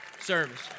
service